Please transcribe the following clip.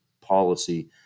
policy